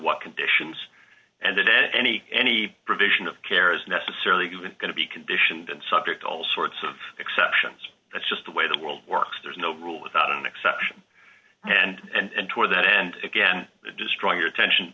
what conditions and that any any provision of care is necessarily going to be conditioned and subject old sorts of exceptions that's just the way the world works there's no rule without an exception and toward that and again destroying your attention